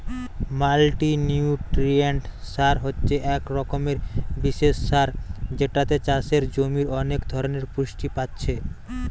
multinutrient সার হচ্ছে এক রকমের বিশেষ সার যেটাতে চাষের জমির অনেক ধরণের পুষ্টি পাচ্ছে